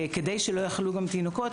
על מנת למנוע תחלואה גם בתינוקות.